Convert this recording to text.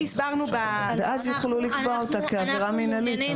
ואז יוכלו לקבוע אותה כעבירה מינהלית.